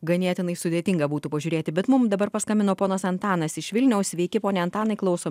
ganėtinai sudėtinga būtų pažiūrėti bet mum dabar paskambino ponas antanas iš vilniaus sveiki pone antanai klausom